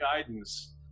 guidance